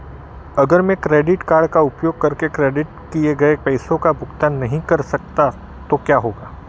अगर मैं credit card का उपयोग करके क्रेडिट किए गए पैसे का भुगतान नहीं कर सकता तो क्या होगा?